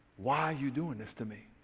why you doing this to me?